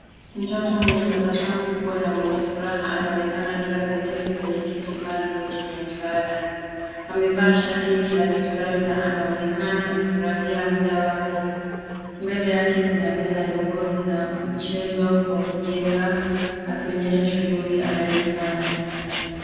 Mtoto mwenye tabasamu kubwa na mwenye furaha anaonekana akiwa ameketi kwenye kiti maalum chenye msaada. Amevaa shati la mistari na anaonekana kufurahia muda wake. Mbele yake kuna meza ndogo na mchezo wa kujenga akionyesha shuguli anayoifanya.